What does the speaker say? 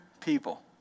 people